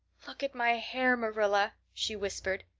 look at my hair, marilla, she whispered.